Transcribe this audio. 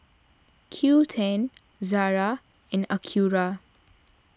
Qoo ten Zara and Acura